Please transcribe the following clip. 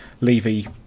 Levy